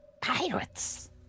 Pirates